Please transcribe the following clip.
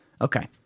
Okay